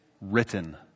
written